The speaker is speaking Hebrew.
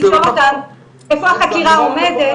ולכן לשאול אותם איפה החקירה עומדת